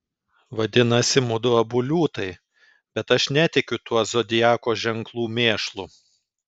vadinasi mudu abu liūtai bet aš netikiu tuo zodiako ženklų mėšlu